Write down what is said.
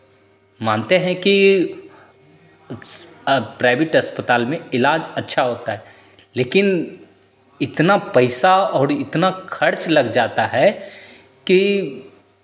मानते हैं कि प्राइवेट अस्पताल में इलाज अच्छा होता है लेकिन इतना पैसा और इतना खर्च लग जाता है कि